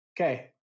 okay